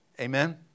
Amen